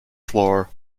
floor